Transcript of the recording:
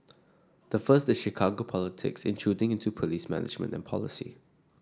the first is Chicago politics intruding into police management and policy